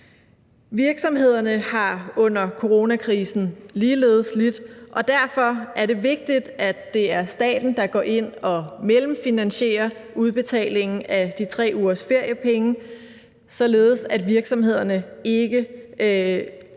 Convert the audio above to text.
Virksomhederne har under coronakrisen ligeledes lidt, og derfor er det vigtigt, at det er staten, der går ind og mellemfinansierer udbetalingen af de 3 ugers feriepenge, således at virksomhederne ikke